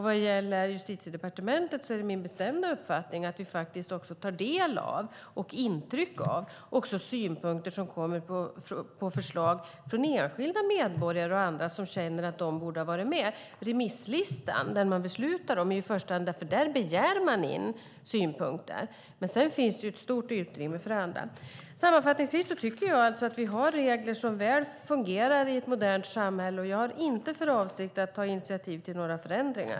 Vad gäller Justitiedepartementet är min bestämda uppfattning att vi faktiskt tar del av och tar intryck också av synpunkter och förslag som kommer från enskilda medborgare och andra som känner att de borde ha varit med. Med remisslistan begär man in synpunkter, men sedan finns det ett stort utrymme för annat. Sammanfattningsvis tycker jag att vi har regler som väl fungerar i ett modernt samhälle. Jag har inte för avsikt att ta initiativ till några förändringar.